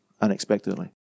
unexpectedly